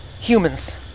humans